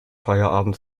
feierabend